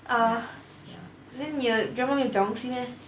then 你的 grandma 没有讲东西 meh